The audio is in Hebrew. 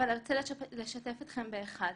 אבל ארצה לשתף אתכם באחד,